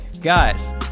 guys